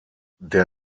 der